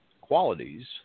qualities –